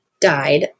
died